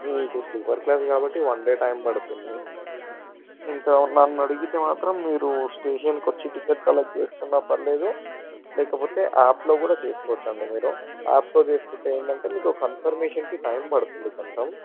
మీకు sleeper class కాబట్టి one day time పడుతుండి ఇంకా నన్ను అడిగితే మాత్రం మీరు స్టేషన్కి వచ్చి టికెట్ కలెక్ట్ చేసుకున్న పర్వాలేదు లేకపోతే యాప్లో కూడా చేసుకోవచ్చు అండి మీరు యాప్లో చేసుకుంటే ఏంటంటే మీకు కన్ఫర్మేషన్కి టైం పడుతుంది కొంచెం